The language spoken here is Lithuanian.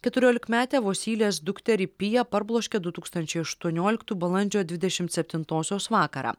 keturiolikmetę vosylės dukterį piją parbloškė du tūkstančiai aštuonioliktų balandžio dvidešim septintosios vakarą